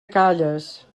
calles